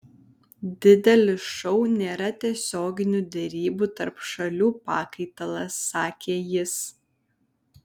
didelis šou nėra tiesioginių derybų tarp šalių pakaitalas sakė jis